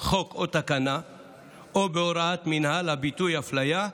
חוק או תקנה או בהוראת מינהל הביטוי "הפליה",